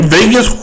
Vegas